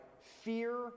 fear